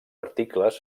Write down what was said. articles